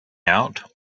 out